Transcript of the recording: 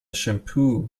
shampoo